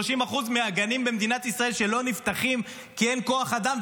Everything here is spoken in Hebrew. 30% מהגנים במדינת ישראל שלא נפתחים כי אין כוח אדם.